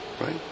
Right